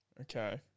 Okay